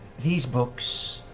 these books